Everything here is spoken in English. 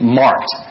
marked